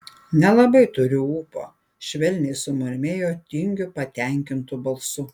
nelabai turiu ūpo švelniai sumurmėjo tingiu patenkintu balsu